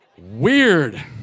Weird